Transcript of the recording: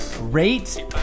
rate